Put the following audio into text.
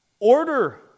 Order